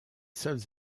seuls